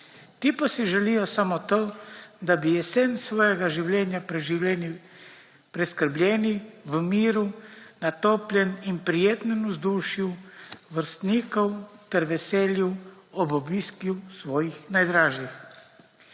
Ti pa si želijo samo to, da bi jesen svojega življenja preživeli preskrbljeni, v miru, na toplem in prijetnem vzdušju vrstnikov ter veselju ob obisku svojih najdražjih.